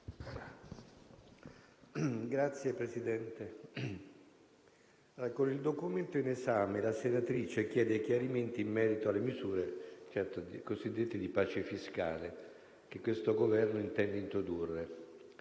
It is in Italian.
Signor Presidente, con il documento in esame la senatrice chiede chiarimenti in merito alle misure cosiddette di "pace fiscale" che questo Governo intende introdurre.